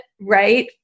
right